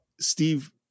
Steve